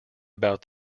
about